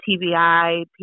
TBI